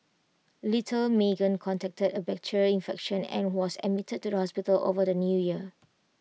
little Meagan contacted A bacterial infection and was admitted to the hospital over the New Year